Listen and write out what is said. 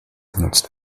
genutzt